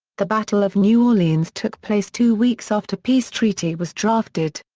the battle of new orleans took place two weeks after peace treaty was drafted.